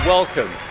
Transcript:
Welcome